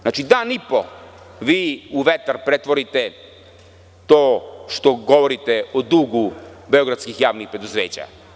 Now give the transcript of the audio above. Znači, dan i po vi u vetar pretvorite što govorite o dugu beogradskih javnih preduzeća.